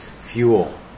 fuel